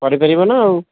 କରି ପାରିବ ନା ଆଉ